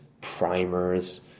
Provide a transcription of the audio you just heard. primers